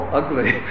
ugly